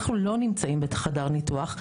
אנחנו לא נמצאים בחדר הניתוח,